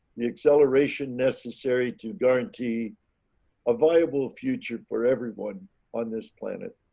the acceleration necessary to guarantee a viable future for everyone on this planet.